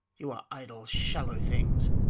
you are idle shallow things.